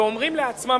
ואומרים לעצמם,